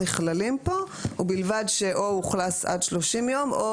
נכללים כאן ובלבד שאו אוכלס עד 30 ימים או